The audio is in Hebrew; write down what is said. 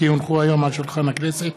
כי הונחו היום על שולחן הכנסת,